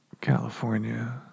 California